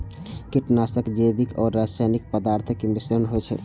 कीटनाशक जैविक आ रासायनिक पदार्थक मिश्रण होइ छै